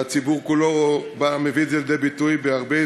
והציבור כולו מביא את זה לידי ביטוי בהרבה הזדמנויות.